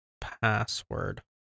Password